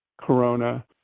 corona